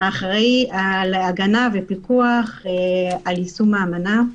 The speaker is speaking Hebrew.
על ההגנה ופיקוח על יישום האמנה.